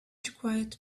required